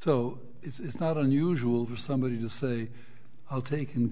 so it's not unusual for somebody to say i'll take